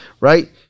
right